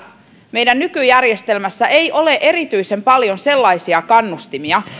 meidän nykyjärjestelmässämme ei ole erityisen paljon sellaisia kannustimia